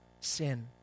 sin